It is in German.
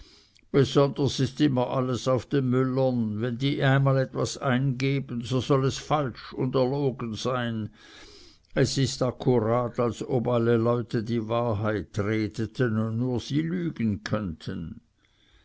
besonders ist immer alles auf den müllern wenn die einmal was eingeben so soll es falsch und erlogen sein es ist akkurat als ob alle leute die wahrheit redeten und nur sie lügen könnten